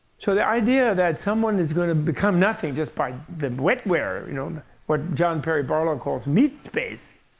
so the idea that someone is going to become nothing just by the wetware what john perry barlow calls meatspace.